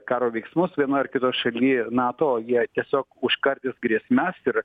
karo veiksmus vienoj ar kitoj šaly nato jie tiesiog užkardys grėsmes ir